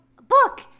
book